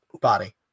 body